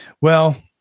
well-